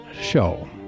show